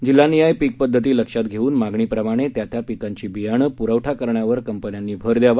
जिल्हानिहाय पीक पध्दती लक्षात घेवून मागणीप्रमाणे त्या त्या पिकांचे बियाणे पूरवठा करण्यावर कंपन्यांनी भर द्यावा